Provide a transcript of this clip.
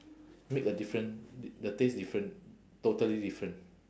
make a different t~ the taste different totally different